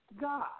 God